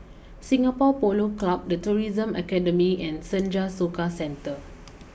Singapore Polo Club the Tourism Academy and Senja Soka Centre